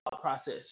process